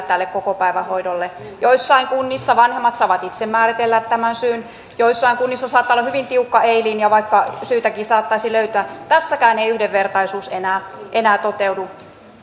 tälle kokopäivähoidolle joissain kunnissa vanhemmat saavat itse määritellä tämän syyn joissain kunnissa saattaa olla hyvin tiukka ei linja vaikka syytäkin saattaisi löytää tässäkään ei yhdenvertaisuus enää enää toteudu